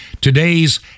today's